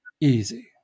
easy